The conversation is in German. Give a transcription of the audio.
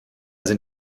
sind